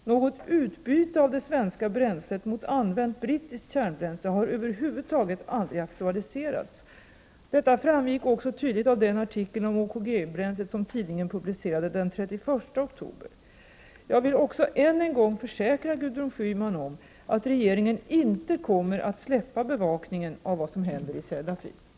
Något utbyte av det svenska bränslet mot använt brittiskt kärnbränsle har över huvud taget aldrig aktualiserats. Detta framgick också tydligt av den artikel om OKG-bränslet som tidningen publicerade den 31 oktober. Jag vill också än en gång försäkra Gudrun Schyman om att regeringen inte kommer att släppa bevakningen av vad som händer i Sellafield.